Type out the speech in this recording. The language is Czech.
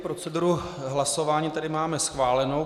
Proceduru hlasování tedy máme schválenou.